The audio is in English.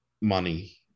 money